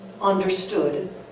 understood